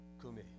Kumi